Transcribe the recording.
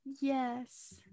Yes